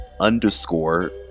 underscore